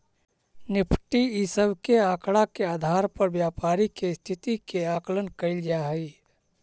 Nifty इ सब के आकड़ा के आधार पर व्यापारी के स्थिति के आकलन कैइल जा हई